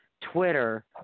Twitter